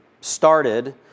started